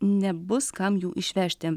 nebus kam jų išvežti